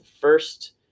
first